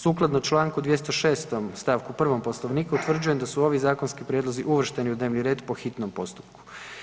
Sukladno čl. 206. st. 1. Poslovnika utvrđujem da su ovi zakonski prijedlozi uvršteni u dnevni red po hitnom postupku.